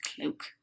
cloak